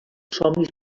somnis